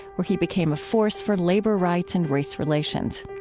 where he became a force for labor rights and race relations.